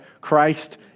Christ